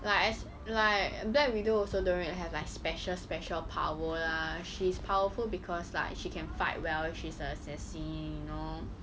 like like black widow also don't really have like special special power lah she's powerful because like she can fight well she's a assassin you know